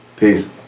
Peace